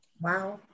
Wow